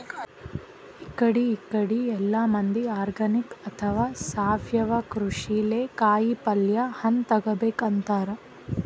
ಇಕಡಿ ಇಕಡಿ ಎಲ್ಲಾ ಮಂದಿ ಆರ್ಗಾನಿಕ್ ಅಥವಾ ಸಾವಯವ ಕೃಷಿಲೇ ಕಾಯಿಪಲ್ಯ ಹಣ್ಣ್ ತಗೋಬೇಕ್ ಅಂತಾರ್